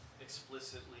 explicitly